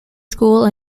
school